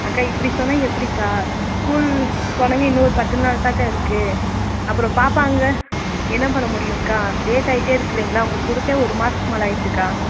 அக்கா இப்படி சொன்னால் எப்படிக்கா ஸ்கூல் தொடங்க இன்னும் ஒரு பத்து நாள் தானேக்கா இருக்குது அப்புறம் பாப்பா அங்கே என்ன பண்ண முடியும்க்கா லேட் ஆகிட்டே இருக்குதுல்லேங்களா உங்களுக்கு கொடுத்தே ஒரு மாதத்துக்கு மேலே ஆகிடிச்சிக்கா